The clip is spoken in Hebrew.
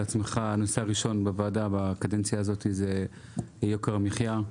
עצמך בוועדה בקדנציה הזאת זה יוקר המחיה.